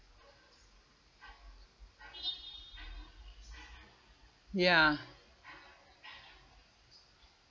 ya